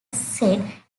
set